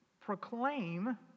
proclaim